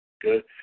Good